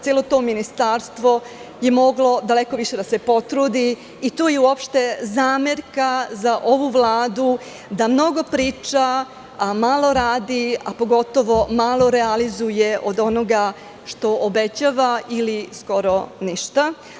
Celo to ministarstvo je moglo daleko više da se potrudi i to je uopšte zamerka za ovu Vladu, da mnogo priča, a malo radi, a pogotovo malo realizuje od onoga što obećava ili skoro ništa.